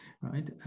Right